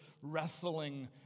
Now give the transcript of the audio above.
wrestling